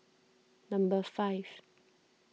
number five